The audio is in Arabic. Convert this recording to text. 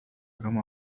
كما